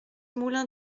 moulin